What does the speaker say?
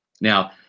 Now